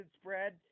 spread